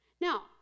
Now